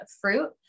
fruit